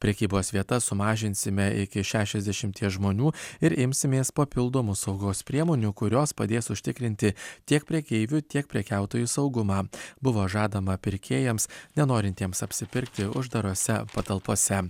prekybos vietas sumažinsime iki šešiasdešimties žmonių ir imsimės papildomų saugos priemonių kurios padės užtikrinti tiek prekeivių tiek prekiautojų saugumą buvo žadama pirkėjams nenorintiems apsipirkti uždarose patalpose